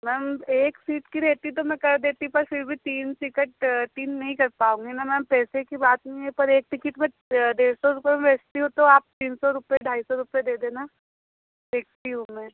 ma'am एक seat की रहती तो मैं कर देती पर फिर भी तीन टिकट तीन नहीं कर पाऊँगी न मैम पैसे की बात नहीं है पर एक टिकेट डेढ़ सौ रुपये में बेचती हूँ तो आप तीन सौ रुपये ढाई सौ रुपये दे देना देखती हूँ मैं